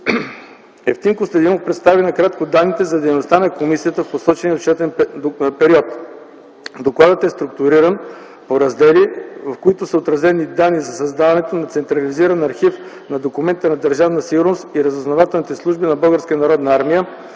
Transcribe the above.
Евтим Костадинов представи накратко данните за дейността на комисията в посочения отчетен период. Докладът е структуриран по раздели, в които са отразени данни за създаването на централизиран архив на документите на Държавна сигурност и разузнавателните служби на